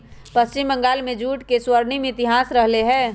पश्चिम बंगाल में जूट के स्वर्णिम इतिहास रहले है